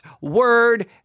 word